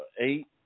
eight